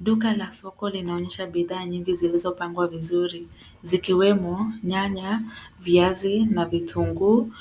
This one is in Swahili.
Duka la soko linaonyesha bidhaa nyingi zilizopangwa vizuri zikiwemo nyanya, viazi na vitunguu.